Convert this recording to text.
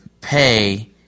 pay